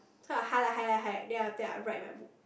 so I'll highlight highlight highlight then after I'll write in my book